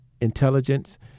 intelligence